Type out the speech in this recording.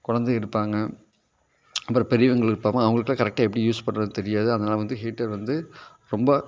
குழந்தை இருப்பாங்க அப்புறம் பெரியவங்களும் பாவம் அவங்களுக்குலாம் கரெக்டாக எப்படி யூஸ் பண்றதுனு தெரியாது அதனால் வந்து ஹீட்டர் வந்து ரொம்ப